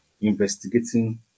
investigating